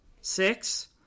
six